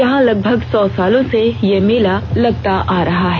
यहां लगभग सौ सालों से मेला लगते आ रहा है